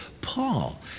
Paul